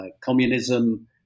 communism